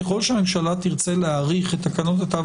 ככל שהממשלה תרצה להאריך את תקנות התו